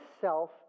self